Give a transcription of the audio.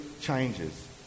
changes